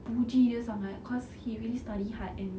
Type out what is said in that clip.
aku puji dia sangat cause he really study hard and